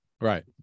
Right